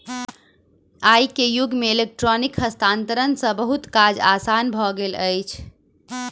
आई के युग में इलेक्ट्रॉनिक हस्तांतरण सॅ बहुत काज आसान भ गेल अछि